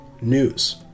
news